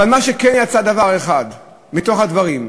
אבל מה שכן, יצא דבר אחד מתוך הדברים,